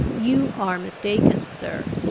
you are mistaken, sir.